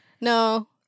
no